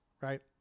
right